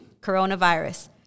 Coronavirus